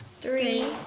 three